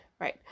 right